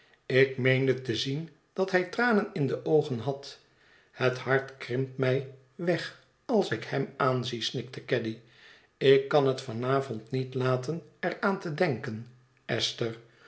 ik meende te zien dat hij tranen in de oogen had het hart krimpt mij weg als ik hem aanzie snikte caddy ik kan het van avond niet laten er aan te denken esther